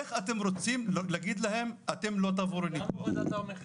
איך אתם רוצים להגיד להם "אתם לא תעברו את הניתוח"?